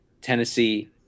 Tennessee